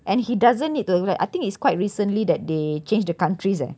and he doesn't need to like I think it's quite recently that they changed the countries eh